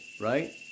right